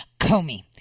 Comey